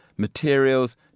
materials